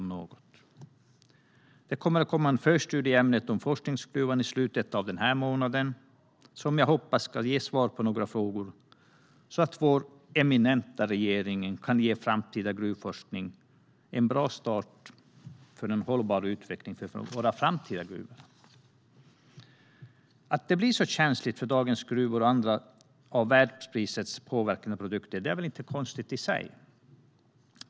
I slutet av denna månad kommer en förstudie i ämnet om forskningsgruvan. Jag hoppas att den kommer att ge svar på några frågor så att vår eminenta regering kan ge framtida gruvforskning en bra start för en hållbar utveckling för våra framtida gruvor. Det är inte konstigt i sig att dagens gruvprodukter är känsliga för påverkan från världspriserna.